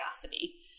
curiosity